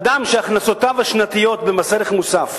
אדם שהכנסותיו השנתיות במס ערך מוסף